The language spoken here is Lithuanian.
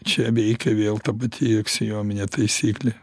čia veikia vėl ta pati aksiominė taisyklė